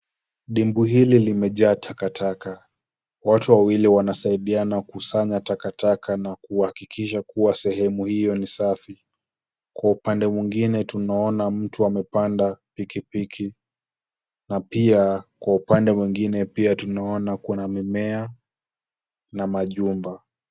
Dimbwi hili limejaa takataka. Watu wawili wanasaidiana kusanya takataka na kuhakikisha kuwa sehemu hiyo ni safi. Kwa upande mwingine tunaona mtu amepanda pikipiki na pia kwa upande mwingine pia tunaona kuna mimea na majumba.